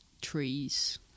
trees